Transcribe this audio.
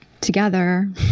together